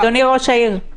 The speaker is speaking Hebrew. אדוני ראש העיר,